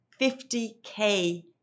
50k